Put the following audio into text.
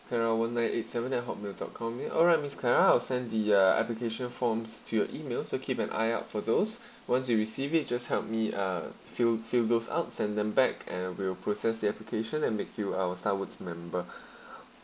clara one nine eight seven at hotmail dot com ya alright miss clara I will send the uh application forms to your email so keep an eye out for those once you receive it just help me uh fill fill those out send them back and we'll process the application and make you our starwoods member